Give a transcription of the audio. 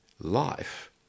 life